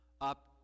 Up